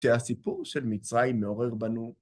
שהסיפור של מצרים מעורר בנו.